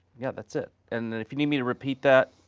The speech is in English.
yeah, that's it. and then if you need me to repeat that,